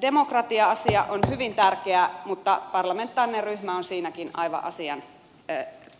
demokratia asia on hyvin tärkeä mutta parlamentaarinen ryhmä on siinäkin aivan asian